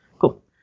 Cool